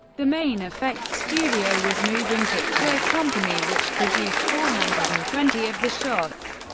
the main effects studio was moving picture company, which produced four hundred and twenty of the shots.